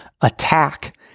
Attack